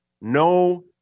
no